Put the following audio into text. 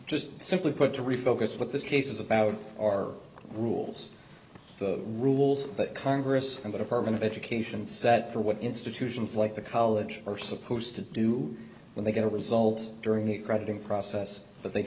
just simply put to refocus what this case is about or rules the rules that congress and the department of education set for what institutions like the college are supposed to do when they get a result during the writing process that they